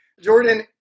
Jordan